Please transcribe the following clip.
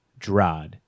Drod